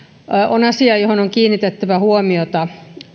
on asia johon on kiinnitettävä huomiota